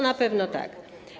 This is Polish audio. Na pewno tak.